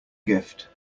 gift